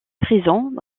présents